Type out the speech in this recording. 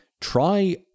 try